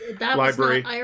library